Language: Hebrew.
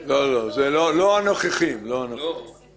ולא אני ולא המשטרה הצלחנו למצוא אותם כי הם דרי רחוב ונעלמו.